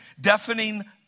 Deafening